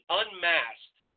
unmasked